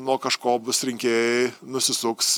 nuo kažko bus rinkėjai nusisuks